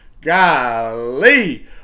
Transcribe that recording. Golly